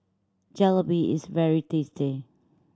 jalebi is very tasty